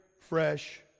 fresh